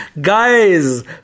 guys